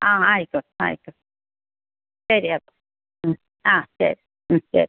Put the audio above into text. അ ആ ആയിക്കോട്ടെ ആയിക്കോട്ടെ ശരി അപ്പം ഉം ആ ശരി ഉം ശരി